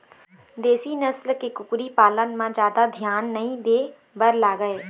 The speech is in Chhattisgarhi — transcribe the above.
देशी नसल के कुकरी पालन म जादा धियान नइ दे बर लागय